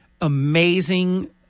amazing